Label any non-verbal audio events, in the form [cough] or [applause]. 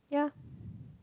yeah [breath]